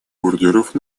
ордеров